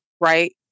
right